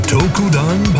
Tokudan